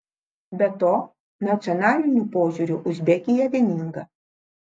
be to nacionaliniu požiūriu uzbekija vieninga